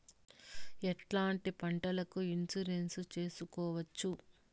ఎట్లాంటి పంటలకు ఇన్సూరెన్సు చేసుకోవచ్చు?